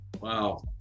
Wow